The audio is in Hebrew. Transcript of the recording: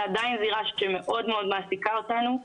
זו עדיין זירה שמאוד מעסיקה אותנו.